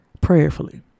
prayerfully